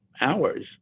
hours